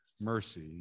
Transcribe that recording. mercy